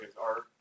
art